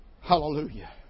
Hallelujah